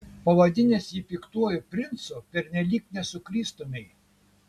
pavadinęs jį piktuoju princu pernelyg nesuklystumei